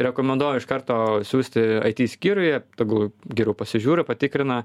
rekomenduoju iš karto siųsti it skyriuje tegul geriau pasižiūri patikrina